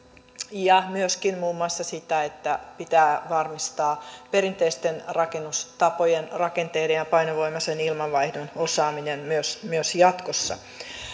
ja myöskin muun muassa sitä että pitää varmistaa perinteisten rakennustapojen rakenteiden ja painovoimaisen ilmanvaihdon osaaminen myös jatkossa